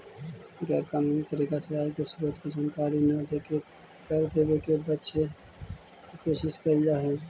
गैर कानूनी तरीका से आय के स्रोत के जानकारी न देके कर देवे से बचे के कोशिश कैल जा हई